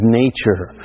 nature